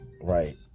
Right